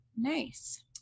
Nice